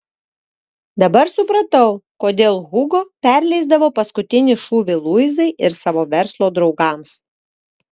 dabar supratau kodėl hugo perleisdavo paskutinį šūvį luizai ir savo verslo draugams